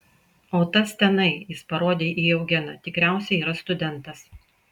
o tas tenai jis parodė į eugeną tikriausiai yra studentas